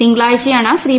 തിങ്കളാഴ്ചയാണ് ശ്രീ